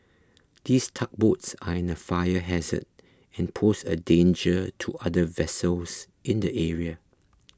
these tugboats are a fire hazard and pose a danger to other vessels in the area